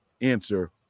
answer